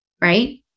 right